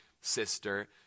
sister